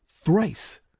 thrice